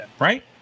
right